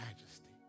majesty